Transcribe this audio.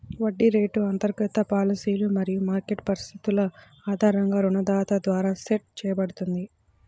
వడ్డీ రేటు అంతర్గత పాలసీలు మరియు మార్కెట్ పరిస్థితుల ఆధారంగా రుణదాత ద్వారా సెట్ చేయబడుతుంది